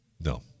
No